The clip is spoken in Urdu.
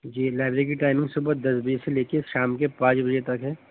جی لائبری کی ٹائمنگ صبح دس بجے سے لے کےے شام کے پانچ بجے تک ہے